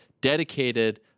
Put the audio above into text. dedicated